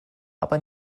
aber